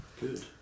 good